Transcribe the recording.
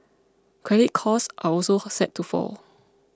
credit costs are also set to fall